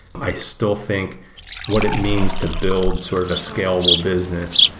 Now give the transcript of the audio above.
i still think what it means to build sort of a scalable business,